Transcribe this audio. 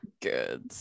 Good